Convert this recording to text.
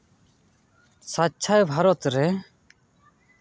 ᱥᱟᱪᱪᱷᱟᱭ ᱵᱷᱟᱨᱚᱛ ᱨᱮ